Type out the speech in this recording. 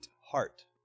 heart